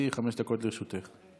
אני